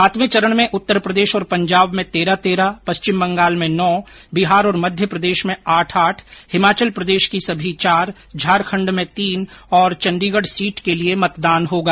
सातवें चरण में उत्तर प्रदेश और पंजाब में तेरह तेरह पश्चिम बंगाल में नौ बिहार और मध्य प्रदेश में आठ आठ हिमाचल प्रदेश की सभी चार झारखंड में तीन और चंडीगढ़ सीट के लिए मतदान होगा